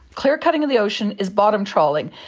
clearcutting in the ocean is bottom trawling,